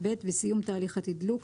בסיום תהליך התדלוק,